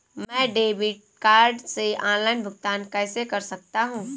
मैं debit card से online भुगतान कैसे कर सकता हूँ?